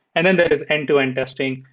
and then there is end-to-end testing,